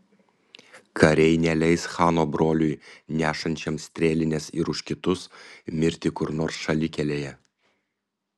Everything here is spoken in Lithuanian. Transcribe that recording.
kariai neleis chano broliui nešančiam strėlines ir už kitus mirti kur nors šalikelėje